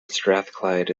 strathclyde